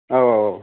औ औ